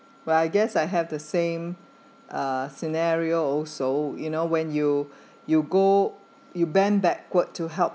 well I guess I have the same uh scenario also you know when you you go you bend backwards to help